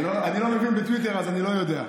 אני לא מבין בטוויטר, אז אני לא יודע.